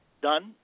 done